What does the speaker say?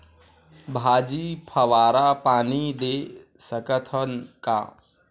भाजी फवारा पानी दे सकथन का?